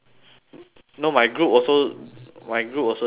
no my group also my group also didn't get work done